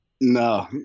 No